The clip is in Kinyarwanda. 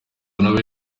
nawe